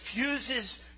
refuses